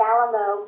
Alamo